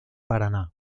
paraná